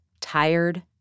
tired